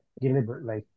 Deliberately